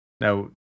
Now